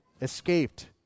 escaped